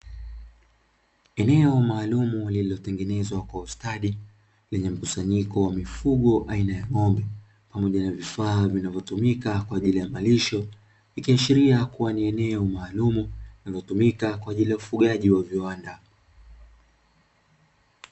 Eneo maalumu lililotengenezwa kwa ustadi lenye mkusanyiko wa mifugo aina ya ng'ombe pamoja na vifaa vinavyotumika kwa ajili ya malisho, ikiashiria kuwa ni eneo maalumu linalotumika kwa ajili ya ufugaji wa viwanda.